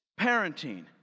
parenting